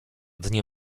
dnie